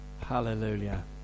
Hallelujah